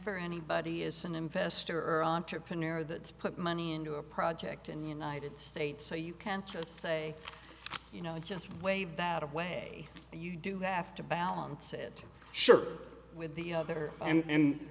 for anybody is an investor entrepreneur that put money into a project in the united states so you can't just say you know just wave that a way and you do have to balance it sure with the other and and